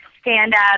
stand-up